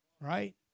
right